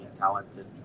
talented